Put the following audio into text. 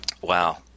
wow